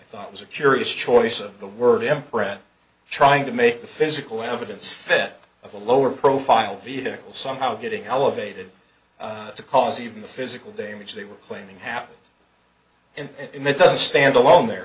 i thought was a curious choice of the word important trying to make the physical evidence fit of a lower profile vehicle somehow getting elevated to cause even the physical damage they were claiming happened and it doesn't stand alone there